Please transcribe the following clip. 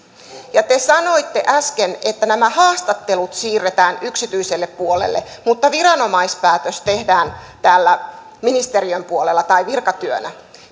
kun te sanoitte äsken että nämä haastattelut siirretään yksityiselle puolelle mutta viranomaispäätös tehdään täällä ministeriön puolella tai virkatyönä